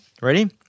Ready